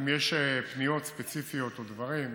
אם יש פניות ספציפיות או דברים,